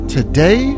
Today